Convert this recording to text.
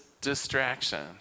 distraction